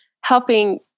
helping